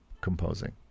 composing